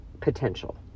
potential